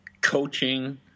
coaching